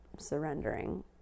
surrendering